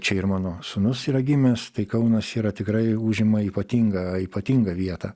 čia ir mano sūnus yra gimęs tai kaunas yra tikrai užima ypatingą ypatingą vietą